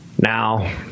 Now